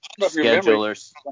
schedulers